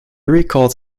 recalls